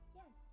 yes